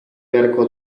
beharko